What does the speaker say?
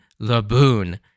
Laboon